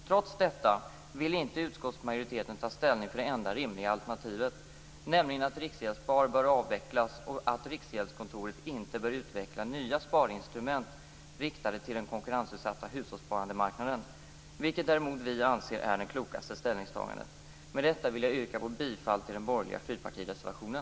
Trots detta vill inte utskottsmajoriteten ta ställning för det enda rimliga alternativet, nämligen att Riksgäldsspar bör avvecklas och att Riksgäldskontoret inte bör utveckla nya sparinstrument riktade till den konkurrensutsatta hushållssparandemarknaden, vilket vi däremot anser är det klokaste ställningstagandet. Med detta vill jag yrka bifall till den borgerliga fyrpartireservationen.